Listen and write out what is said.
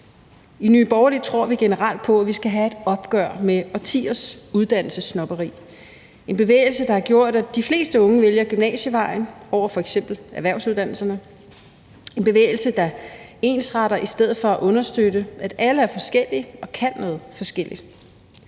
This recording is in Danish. I Nye Borgerlige tror vi generelt på, at vi skal have et opgør med årtiers uddannelsessnobberi – en bevægelse, der har gjort, at de fleste unge vælger gymnasievejen frem for f.eks. erhvervsuddannelserne, en bevægelse, der ensretter i stedet for at understøtte, at alle er forskellige og kan noget forskelligt.